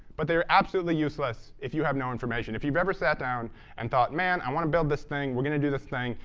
but they're absolutely useless if you have no information. if you've ever sat down and thought, man, i want to build this thing. we're going to do this thing.